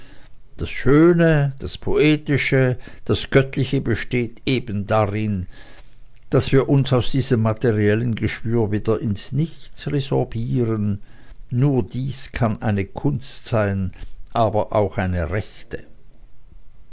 das schöne das poetische das göttliche besteht eben darin daß wir uns aus diesem materiellen geschwür wieder ins nichts resorbieren nur dies kann eine kunst sein aber auch eine rechte